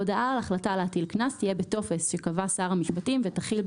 הודעה על החלטה להטיל קנס תהיה בטופס שקבע שר המשפטים ותכיל,